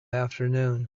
afternoon